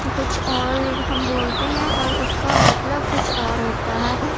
کچھ اور ہم بولتے ہیں اور اس کامطلب کچھ اور ہوتا ہے